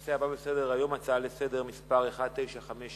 הנושא הבא בסדר-היום: הצעה לסדר-היום מס' 1956,